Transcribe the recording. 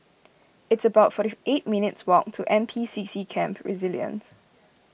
it's about forty eight minutes' walk to N P C C Camp Resilience